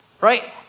Right